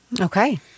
Okay